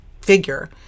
figure